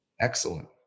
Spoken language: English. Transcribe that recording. Excellent